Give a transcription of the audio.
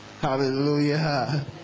Hallelujah